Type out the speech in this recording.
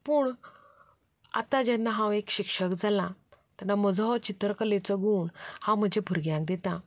पूण आतां जेन्ना हांव एक शिक्षक जालां तेन्ना म्हाजो चित्रकलेचो गूण हांव म्हज्या भुरग्यांक दिता